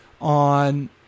on